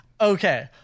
Okay